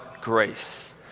grace